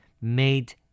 made